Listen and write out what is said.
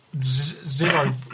zero